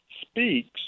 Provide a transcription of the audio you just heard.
speaks